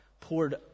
poured